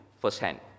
firsthand